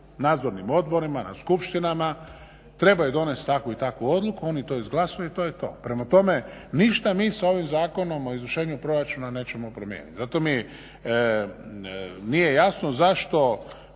nadzornim odborima, na skupštinama trebaju donest takvu i takvu odluku. Oni to izglasuju i to je to. Prema tome, ništa mi sa ovim Zakonom o izvršenju proračuna nećemo promijeniti. Zato mi nije jasno zašto